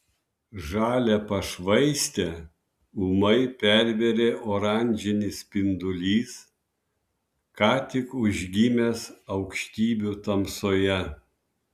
žalią pašvaistę ūmai pervėrė oranžinis spindulys ką tik užgimęs aukštybių tamsoje